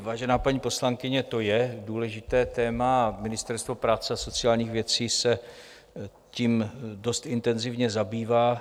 Vážená paní poslankyně, to je důležité téma a Ministerstvo práce a sociálních věcí se tím dost intenzivně zabývá.